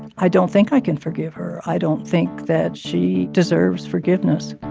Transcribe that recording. i don't think i can forgive her. i don't think that she deserves forgiveness